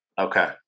okay